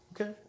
Okay